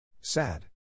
Sad